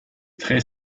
très